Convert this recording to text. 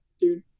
dude